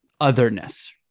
otherness